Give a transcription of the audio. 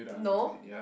no